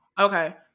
Okay